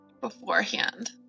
beforehand